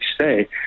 say